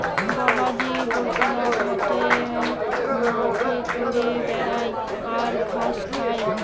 গবাদি পশুরা ঘাটে মাঠে চরে বেড়ায় আর ঘাস খায়